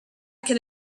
can